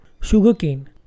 Sugarcane